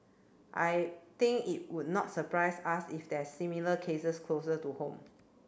I think it would not surprise us if there are similar cases closer to home